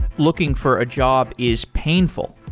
looking for a job is painful,